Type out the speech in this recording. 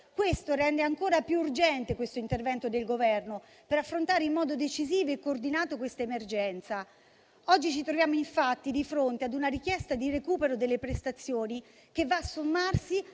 Questo rende ancora più urgente questo intervento del Governo per affrontare in modo decisivo e coordinato questa emergenza. Oggi ci troviamo, infatti, di fronte a una richiesta di recupero delle prestazioni che va a sommarsi